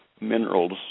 minerals